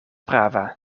prava